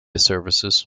services